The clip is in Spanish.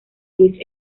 luis